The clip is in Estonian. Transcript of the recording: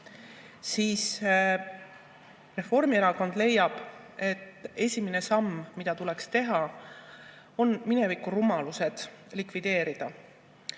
mida. Reformierakond leiab, et esimene samm, mis tuleks teha, on mineviku rumalused likvideerida.